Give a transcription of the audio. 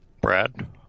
Brad